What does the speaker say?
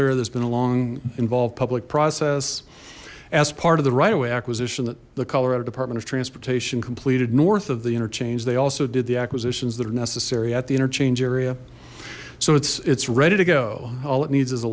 there there's been a long involved public process as part of the right of way acquisition that the colorado department of transportation completed north of the interchange they also did the acquisitions that are necessary at the interchange area so it's it's ready to go all it needs is a